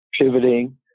pivoting